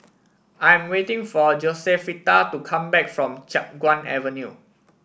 I'm waiting for Josefita to come back from Chiap Guan Avenue